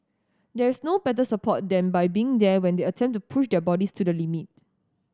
there's no better support than by being there when they attempt to push their bodies to the limit